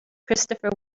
christopher